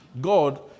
God